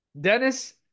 Dennis